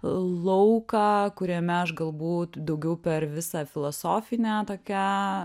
lauką kuriame aš galbūt daugiau per visą filosofinę tokią